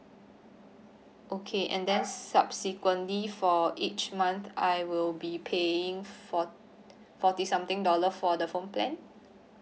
okay and then subsequently for each month I will be paying for forty something dollar for the phone plan